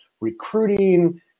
recruiting